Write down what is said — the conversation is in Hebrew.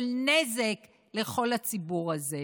של נזק לכל הציבור הזה.